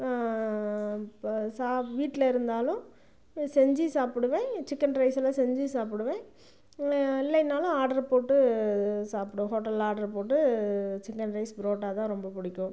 இப்போ சாப் வீட்டில் இருந்தாலும் செஞ்சு சாப்பிடுவேன் சிக்கன் ரைஸ் எல்லாம் செஞ்சு சாப்பிடுவேன் இல்லைனாலும் ஆட்ரு போட்டு சாப்பிடுவேன் ஹோட்டலில் ஆட்ரு போட்டு சிக்கன் ரைஸ் புரோட்டா தான் ரொம்ப பிடிக்கும்